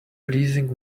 pleasing